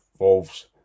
involves